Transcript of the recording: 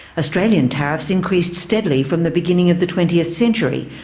australian tariffs increased steadily from the beginning of the twentieth century,